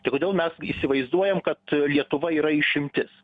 tai kodėl mes įsivaizduojam kad lietuva yra išimtis